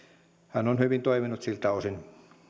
hän on hyvin toiminut siltä osin